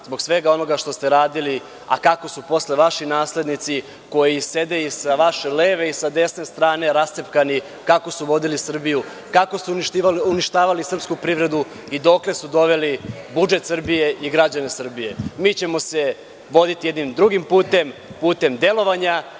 zbog svega onoga što ste radili, a kako su posle vaši naslednici koji sede i sa vaše leve i sa desne strane rascepkani, kako su vodili Srbiju, kako su uništavali srpsku privredu i dokle su doveli budžet Srbije i građane Srbije. Mi ćemo se voditi jednim drugim putem, putem delovanja